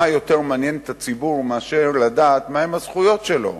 מה יותר מעניין את הציבור מאשר לדעת מהן הזכויות שלו?